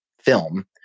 film